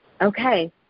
okay